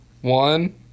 One